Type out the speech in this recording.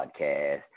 podcast